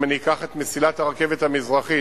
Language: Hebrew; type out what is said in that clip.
אם אקח את מסילת הרכבת המזרחית,